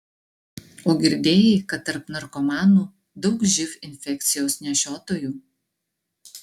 o girdėjai kad tarp narkomanų daug živ infekcijos nešiotojų